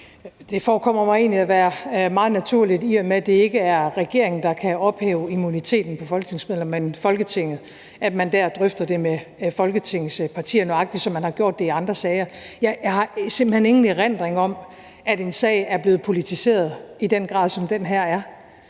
Det forekommer mig egentlig at være meget naturligt, i og med at det ikke er regeringen, der kan ophæve immuniteten for folketingsmedlemmer, men Folketinget, at man der drøfter det med Folketingets partier, nøjagtig som man har gjort det i andre sager. Jeg har simpelt hen ingen erindring om, at en sag er blevet politiseret i den grad, som den her er.